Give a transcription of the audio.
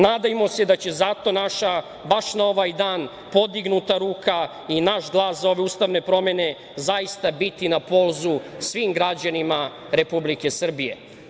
Nadajmo se da će zato naša baš na ovaj dan podignuta ruka i naš glas za ove ustavne promene zaista biti na polzu svim građanima Republike Srbije.